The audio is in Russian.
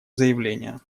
заявление